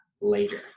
later